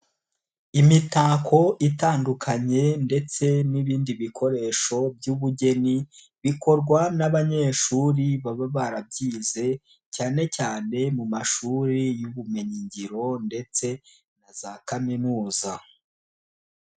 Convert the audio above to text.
Imitako itandukanye ndetse n'ibindi bikoresho by'ubugeni bikorwa n'abanyeshuri baba barabyize cyane cyane mu mashuri y'ubumenyingiro ndetse na za kaminuza.